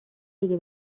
اگه